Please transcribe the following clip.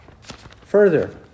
further